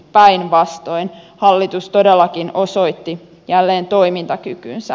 päinvastoin hallitus todellakin osoitti jälleen toimintakykynsä